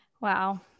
Wow